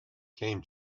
came